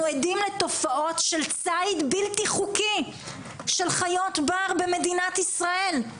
אנחנו עדים לתופעות של ציד בלתי חוקי של חיות בר במדינת ישראל,